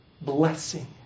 blessing